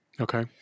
Okay